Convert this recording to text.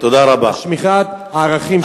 שמירת הערכים שלנו.